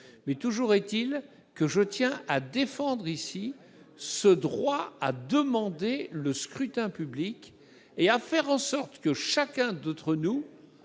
... Toujours est-il que je tiens à défendre ici ce droit à demander un scrutin public, pour que chacun d'entre nous